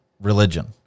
Religion